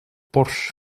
porsche